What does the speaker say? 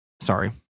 Sorry